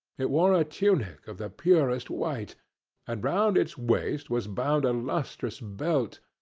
it wore a tunic of the purest white and round its waist was bound a lustrous belt,